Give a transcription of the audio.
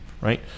right